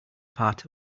part